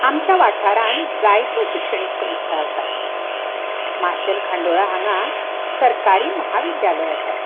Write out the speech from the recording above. आमच्या वाठारान जायत्यो शिक्षणीक संस्था आसात माशेल खांडोळा हांगा सरकारी महाविद्यालय आसा